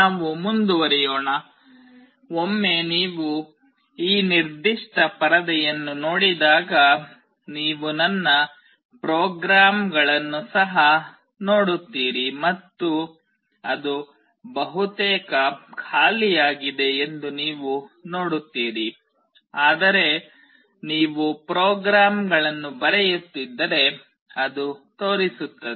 ನಾವು ಮುಂದುವರಿಯೋಣ ಒಮ್ಮೆ ನೀವು ಈ ನಿರ್ದಿಷ್ಟ ಪರದೆಯನ್ನು ನೋಡಿದಾಗ ನೀವು ನನ್ನ ಪ್ರೋಗ್ರಾಮ್ಗಳನ್ನು ಸಹ ನೋಡುತ್ತೀರಿ ಮತ್ತು ಅದು ಬಹುತೇಕ ಖಾಲಿಯಾಗಿದೆ ಎಂದು ನೀವು ನೋಡುತ್ತೀರಿ ಆದರೆ ನೀವು ಪ್ರೋಗ್ರಾಮ್ಗಳನ್ನು ಬರೆಯುತ್ತಿದ್ದರೆ ಅದು ತೋರಿಸುತ್ತದೆ